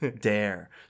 dare